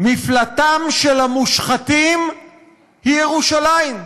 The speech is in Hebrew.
מפלטם של המושחתים הוא ירושלים.